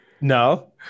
No